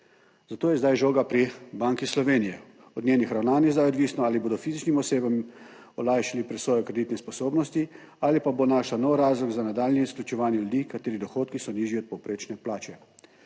Zato je zdaj žoga pri Banki Slovenije. Od njenih ravnanj je zdaj odvisno, ali bodo fizičnim osebam olajšali presojo kreditne sposobnosti ali pa bo našla nov razlog za nadaljnje izključevanje ljudi, katerih dohodki so nižji od povprečne plače.